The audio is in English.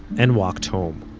and walked home